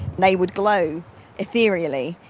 they would glow ethereally,